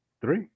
three